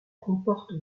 comporte